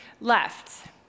left